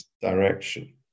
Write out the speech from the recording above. direction